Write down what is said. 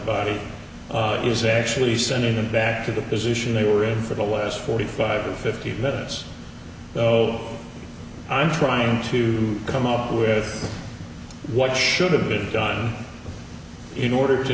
body is actually sending them back to the position they were at for the last forty five to fifty minutes so i'm trying to come up with what should have been done in order